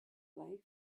life